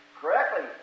Correctly